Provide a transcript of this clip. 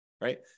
Right